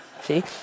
see